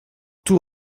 tout